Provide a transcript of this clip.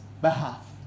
behalf